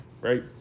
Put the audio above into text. right